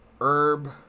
Herb